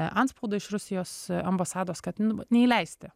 antspaudą iš rusijos ambasados kad nu vat neįleisti